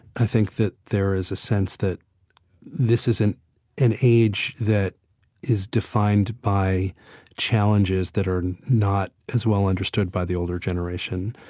i think that there is a sense that this is in an age that is defined by challenges that are not as well understood by the older generation.